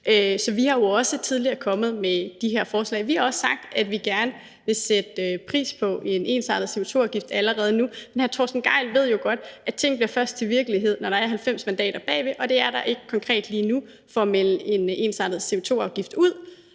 Så vi er jo også tidligere kommet med de her forslag. Vi har også sagt, at vi gerne vil sætte pris på en ensartet CO2-afgift allerede nu. Men hr. Torsten Gejl ved jo godt, at ting først bliver til virkelighed, når der er 90 mandater bagved, og det er der ikke konkret lige nu for at melde en ensartet CO2-afgift ud.